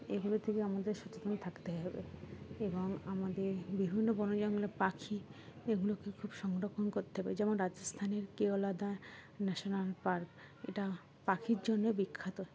এগুলো থেকে আমাদের সচেতন থাকতে হবে এবং আমাদের বিভিন্ন বনজঙ্গলের পাখি এগুলোকে খুব সংরক্ষণ করতে হবে যেমন রাজস্থানের কেওলাদা ন্যাশনাল পার্ক এটা পাখির জন্য বিখ্যাত